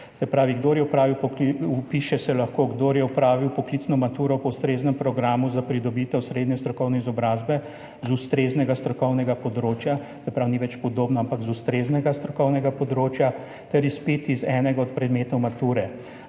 se lahko, kdor je opravil poklicno maturo po ustreznem programu za pridobitev srednje strokovne izobrazbe z ustreznega strokovnega področja, se pravi ni več podobno, ampak z ustreznega strokovnega področja, ter izpit iz enega od predmetov mature.